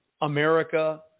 America